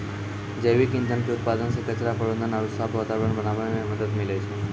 जैविक ईंधन के उत्पादन से कचरा प्रबंधन आरु साफ वातावरण बनाबै मे मदत मिलै छै